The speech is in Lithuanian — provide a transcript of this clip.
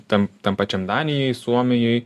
tam tam pačiam danijoj suomijoj